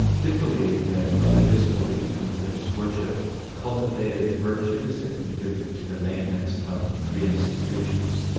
did believe that religious belief and religious worship cultivated virtues that contributed to the maintenance of free institutions.